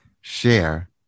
share